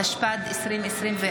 התשפ"ד 2024,